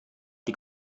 die